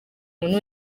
umuntu